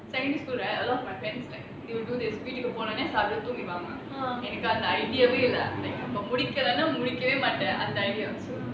secondary school right a lot of my friends like they will do this வீட்டுக்கு போன உடனே சாப்பிட்டு தூங்கிடுவாங்க எனக்கு அந்த:veetuku pona udanae saapittu thoongiduvanga enakku antha idea வே இல்ல:vae illa like